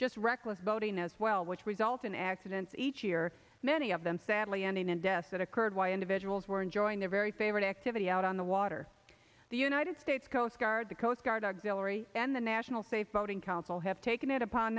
just reckless boating as well which result in accidents each year many of them sadly ending and deaths that occurred while individuals were enjoying their very favorite activity out on the water the united states coast guard the coast guard auxilary and the national safe boating council have taken it upon